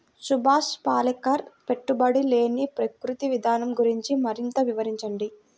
సుభాష్ పాలేకర్ పెట్టుబడి లేని ప్రకృతి విధానం గురించి మరింత వివరించండి